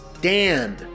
Dan